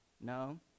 No